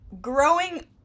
Growing